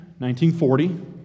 1940